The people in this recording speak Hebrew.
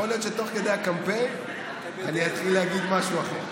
יכול להיות שתוך כדי הקמפיין אני אתחיל להגיד משהו אחר.